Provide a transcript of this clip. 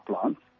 plants